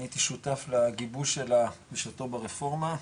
הייתי שותף לגיבוש שלה בשעתו ברפורמה.